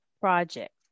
project